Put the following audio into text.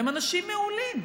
הם אנשים מעולים.